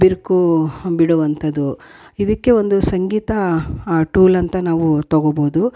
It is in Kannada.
ಬಿರುಕು ಬಿಡುವಂಥದ್ದು ಇದಕ್ಕೆ ಒಂದು ಸಂಗೀತ ಟೂಲ್ ಅಂತ ನಾವು ತಗೋಬೋದು